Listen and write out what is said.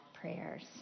prayers